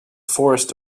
forest